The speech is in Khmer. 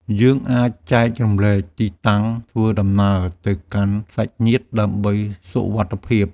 យើងអាចចែករំលែកទីតាំងធ្វើដំណើរទៅកាន់សាច់ញាតិដើម្បីសុវត្ថិភាព។